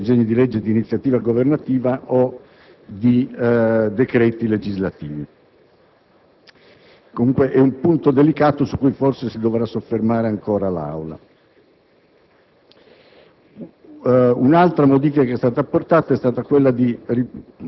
alla base di disegni di legge di iniziativa governativa o di decreti legislativi. Comunque, questo è un punto delicato su cui forse si dovrà soffermare ancora l'Aula.